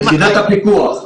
כיחידת הפיקוח.